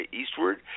eastward